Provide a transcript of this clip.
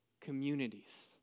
communities